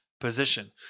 position